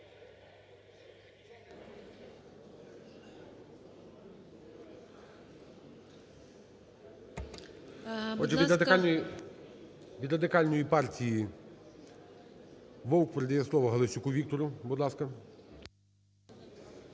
від Радикальної партії Вовк передає слово Галасюку Віктору, будь ласка.